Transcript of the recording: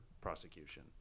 prosecution